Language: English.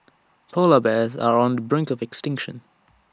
Polar Bears are on the brink of extinction